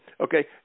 Okay